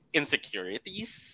insecurities